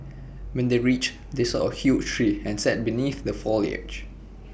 when they reached they saw A huge tree and sat beneath the foliage